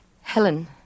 Helen